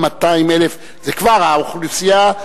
האוכלוסייה,